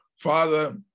Father